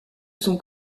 son